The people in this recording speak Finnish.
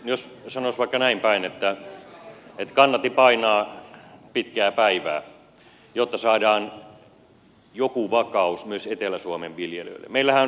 jos sanoisi vaikka näin päin että kannatti painaa pitkää päivää jotta saadaan joku vakaus myös etelä suomen viljelijöille